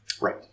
Right